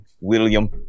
William